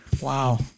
Wow